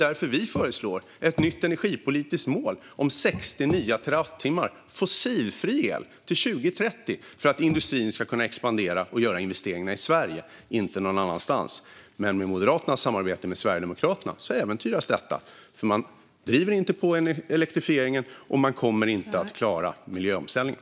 Därför föreslår vi ett nytt energipolitiskt mål om 60 nya terawatttimmar fossilfri el till 2030 - för att industrin ska kunna expandera och göra investeringarna i Sverige och inte någon annanstans. Men med Moderaternas samarbete med Sverigedemokraterna äventyras detta, för man driver inte på elektrifieringen och kommer inte att klara miljöomställningen.